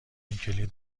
کلیدم